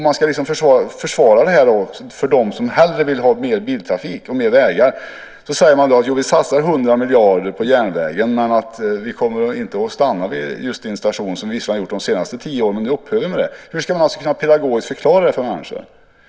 Om detta ska försvaras inför dem som hellre vill ha mer biltrafik och vägar säger man att man satsar 100 miljarder på järnvägen men att man inte ska stanna vid just deras station, som visserligen har skett de senaste tio åren, men nu ska det upphöra. Hur ska detta pedagogiskt förklaras för människor?